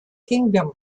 kingdom